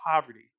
poverty